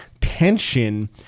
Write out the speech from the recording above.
tension